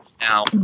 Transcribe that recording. Now